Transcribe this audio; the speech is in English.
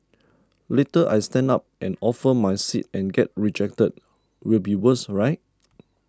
later I stand up and offer my seat and get rejected will be worse right